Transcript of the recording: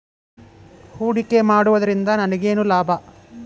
ಹೂಡಿಕೆ ಮಾಡುವುದರಿಂದ ನನಗೇನು ಲಾಭ?